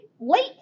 Late